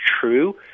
true